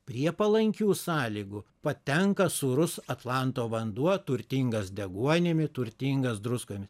prie palankių sąlygų patenka sūrus atlanto vanduo turtingas deguonimi turtingas druskomis